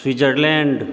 Switzerland